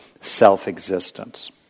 self-existence